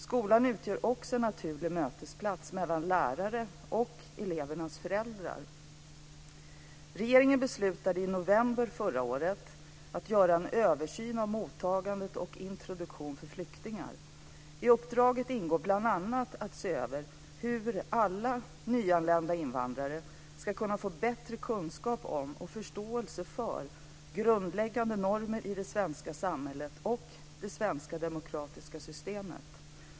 Skolan utgör också en naturlig mötesplats mellan lärare och elevernas föräldrar. Regeringen beslutade i november förra året att göra en översyn av mottagandet och introduktionen för flyktingar. I uppdraget ingår bl.a. att se över hur alla nyanlända invandrare ska kunna få bättre kunskap om och förståelse för grundläggande normer i det svenska samhället och det svenska demokratiska systemet.